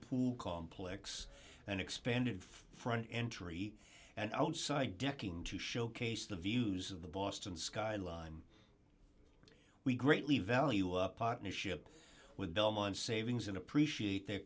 pool kong plex an expanded front entry and outside decking to showcase the views of the boston skyline we greatly value up partnership with belmont savings and appreciate their